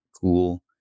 cool